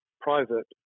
private